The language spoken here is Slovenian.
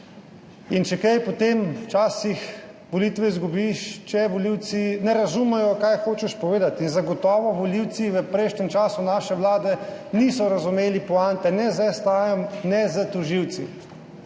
Če kaj, potem včasih volitve izgubiš, če volivci ne razumejo, kaj hočeš povedati, in zagotovo volivci v prejšnjem času naše vlade niso razumeli poante ne s STA ne s tožilci.